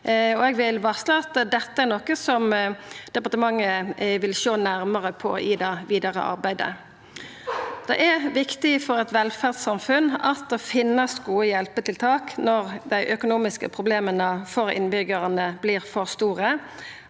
dette er noko departementet vil sjå nærmare på i det vidare arbeidet. Det er viktig for eit velferdssamfunn at det finst gode hjelpetiltak når dei økonomiske problema til innbyg gjarane vert for store,